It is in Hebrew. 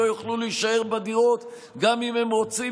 שלא יוכלו להישאר בדירות גם אם הם רוצים